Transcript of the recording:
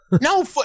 No